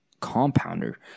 compounder